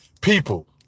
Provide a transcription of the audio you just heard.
people